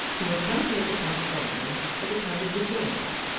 he had come to look upon felony as a kind of disorder,